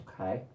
Okay